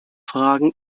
fragen